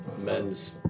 men's